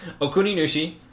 Okuninushi